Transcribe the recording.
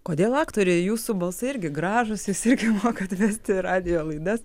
kodėl aktoriai jūsų balsai irgi gražūs jūs irgi mokat vesti radijo laidas